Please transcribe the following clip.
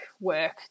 work